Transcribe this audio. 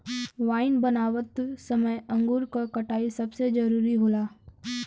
wine बनावत समय अंगूर क कटाई सबसे जरूरी होला